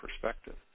perspective